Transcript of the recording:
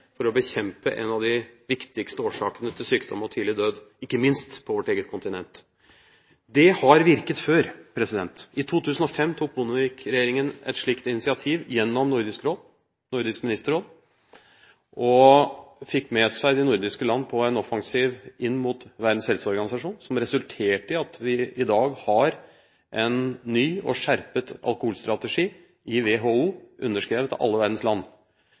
for å bekjempe en av de viktigste årsakene til sykdom og tidlig død, ikke minst på vårt eget kontinent. Det har virket før. I 2005 tok Bondevik II-regjeringen et slikt initiativ gjennom Nordisk Ministerråd og fikk med seg de nordiske land på en offensiv inn mot Verdens helseorganisasjon, som resulterte i at vi i dag har en ny og skjerpet alkoholstrategi i WHO, underskrevet av alle verdens land.